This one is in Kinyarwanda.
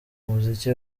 muziki